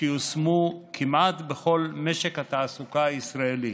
שיושמו כמעט בכל משק התעסוקה הישראלי.